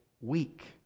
week